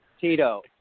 Tito